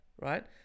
right